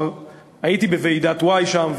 הייתי בוועידת-וואי שם,